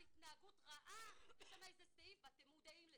על התנהגות רעה, יש שם איזה סעיף ואתם מודעים לזה.